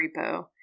repo